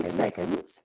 seconds